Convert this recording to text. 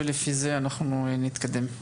ולפי זה אנחנו נתקדם.